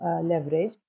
leverage